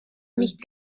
nicht